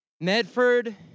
Medford